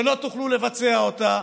שלא תוכלו לבצע אותה,